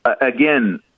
again